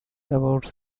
about